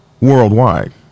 worldwide